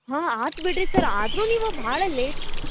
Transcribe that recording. ಹಾಂ ಆತು ಬಿಡಿರಿ ಸರ್ ಆದರೂ ನೀವು ಭಾಳ ಲೇಟ್